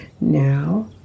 Now